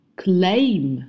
claim